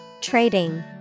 Trading